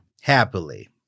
Happily